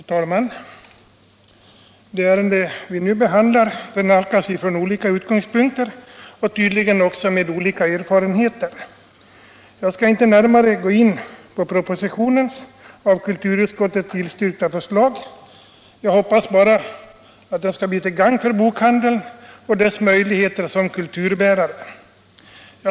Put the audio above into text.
Herr talman! Det ärende vi nu behandlar nalkas vi från olika utgångspunkter och tydligen också med olika erfarenheter. Jag skall inte närmare gå in på propositionens av kulturutskottet tillstyrkta förslag. Jag hoppas bara att det skall bli till gagn för bokhandeln och dess möjligheter som kulturbärare.